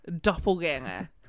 doppelganger